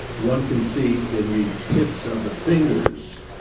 one can see in the tips of the fingers